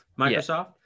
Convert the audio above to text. microsoft